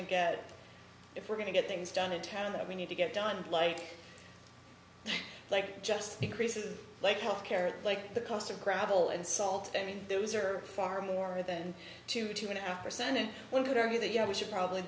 to get it if we're going to get things done in town that we need to get done like like just increases like health care like the cost of gravel and salt i mean those are far more than two two and a half percent and one could argue that you know we should probably